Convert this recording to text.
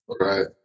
right